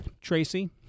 Tracy